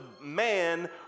man